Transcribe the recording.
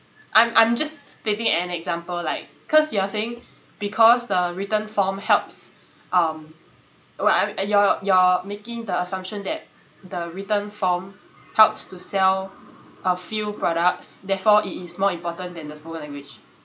I'm I'm just stating an example like cause you are saying because the written form helps um what you're you're making the assumption that the written form helps to sell a few products therefore it is more important than the spoken language